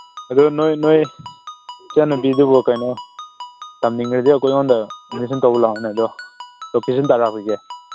ꯑꯗꯨ ꯅꯣꯏ ꯅꯣꯏ ꯏꯆꯥꯅꯨꯄꯤꯗꯨꯕꯨ ꯀꯩꯅꯣ ꯇꯝꯅꯤꯡꯉꯗꯤ ꯑꯩꯈꯣꯏꯉꯣꯟꯗ ꯑꯦꯗꯃꯤꯁꯟ ꯇꯧꯕ ꯂꯥꯛꯑꯣꯅꯦ ꯑꯗꯨ ꯂꯣꯀꯦꯁꯟ ꯊꯥꯔꯛꯄꯤꯒꯦ